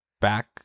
back